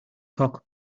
cock